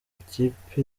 ikipe